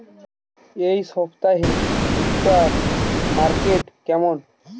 এই সপ্তাহে ভুট্টার মার্কেট কেমন?